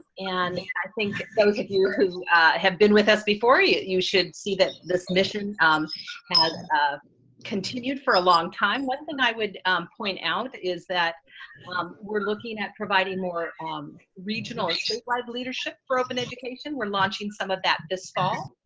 and i think those of you who have been with us before, you you should see that this mission has continued for a long time, one thing i would point out is that we're looking at providing more um regional regional statewide like leadership for open education. we're launching some of that this fall,